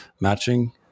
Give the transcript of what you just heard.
matching